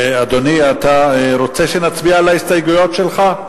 אדוני, אתה רוצה שנצביע על ההסתייגויות שלך?